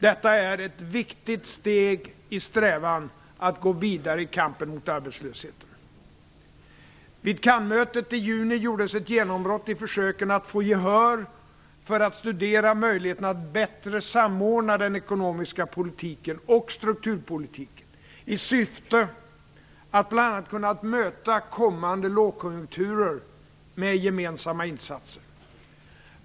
Detta är ett viktigt steg i strävan att gå vidare i kampen mot arbetslösheten. Vid Cannesmötet i juni gjordes ett genombrott i försöken att få gehör för att studera möjligheten att bättre samordna den ekonomiska politiken och strukturpolitiken i syfte att bl.a. kunna möta kommande lågkonjunkturer med gemensamma insatser.